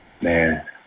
Man